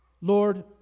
Lord